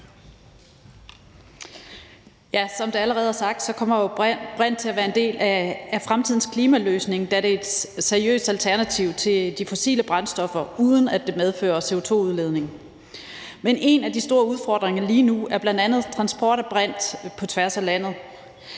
(M): Som det allerede er blevet sagt, kommer brint til at være en del af fremtidens klimaløsninger, da det er et seriøst alternativ til de fossile brændstoffer, uden at det medfører CO2-udledning. Men en af de store udfordringer lige nu er bl.a. transport af brint på tværs af landet.